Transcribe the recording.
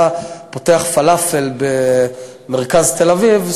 אתה פותח פלאפל במרכז תל-אביב,